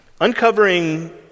Uncovering